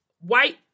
white